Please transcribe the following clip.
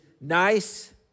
nice